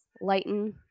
lighten